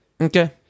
Okay